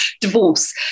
divorce